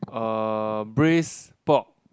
um braise pork